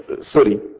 sorry